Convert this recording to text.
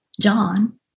John